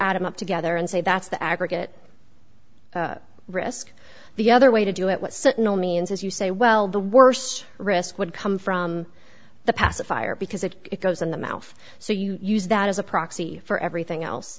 add them up together and say that's the aggregate risk the other way to do it what sentinel means is you say well the worse risk would come from the pacifier because it goes in the mouth so you use that as a proxy for everything else